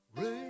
rain